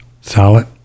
solid